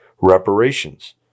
reparations